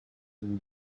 and